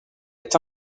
est